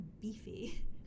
beefy